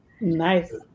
Nice